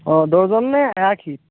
অঁ ডজন নে এআখি